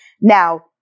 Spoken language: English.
Now